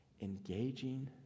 engaging